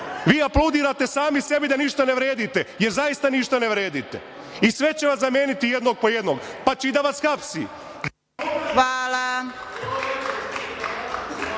Vi aplaudirate sami sebi da ništa ne vredite, jer zaista ništa ne vredite i sve će vas zameniti jednog po jednog, pa će i da vas hapsi.